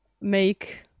make